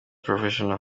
professionel